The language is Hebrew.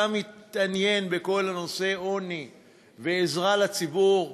אתה מתעניין בכל נושא העוני ועזרה לציבור.